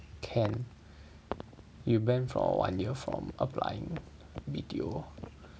can you banned for one year from applying B_T_O